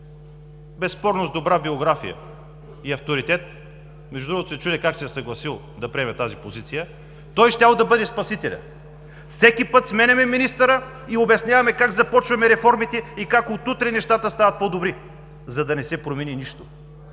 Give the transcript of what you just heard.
безспорно с добра биография и авторитет, между другото се чудя как се е съгласил да приеме тази позиция, той щял да бъде спасителят. Всеки път сменяме министъра и обясняваме как започваме реформите и как от утре нещата стават по-добри, за да не се промени нищо.